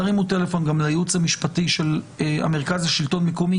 תרימו טלפון גם לייעוץ המשפטי של המרכז לשלטון מקומי,